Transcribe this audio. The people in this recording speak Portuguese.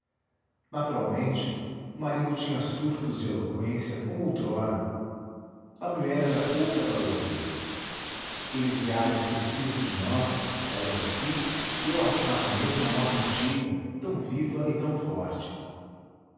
naturalmente o marido tinha surtos de eloqüência como outrora a mulher era pouca para ouvi-lo elisiário esquecia-se de nós ela de si e eu achava a mesma nota antiga tão viva e tão forte